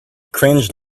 cringe